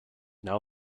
now